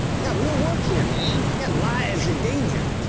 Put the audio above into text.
i got real work here, man. i got lives in danger.